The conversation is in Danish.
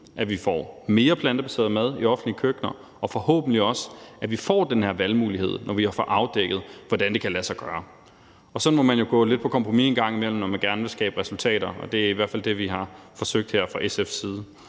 at vi får mere plantebaseret mad i offentlige køkkener, og forhåbentlig også, at vi får den her valgmulighed, når vi har fået afdækket, hvordan det kan lade sig gøre. Så må man jo gå lidt på kompromis en gang imellem, når man gerne vil skabe resultater. Det er i hvert fald det, vi har forsøgt her fra SF's side.